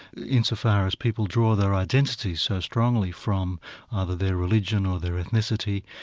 insofar as people draw their identities so strongly from either their religion or their ethnicity,